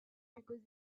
because